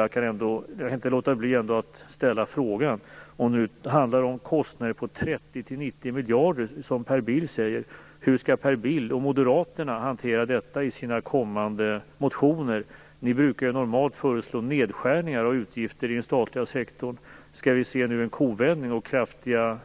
Jag kan inte låta bli att ställa följande fråga: Om det nu handlar om kostnader på 30-90 miljarder, som Per Bill säger, hur skall då Per Bill och andra moderater hantera detta i sina kommande motioner? Ni brukar ju normalt föreslå nedskärningar av utgifter i den statliga sektorn. Skall vi nu få se en kovändning med förslag till kraftiga